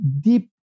deep